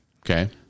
Okay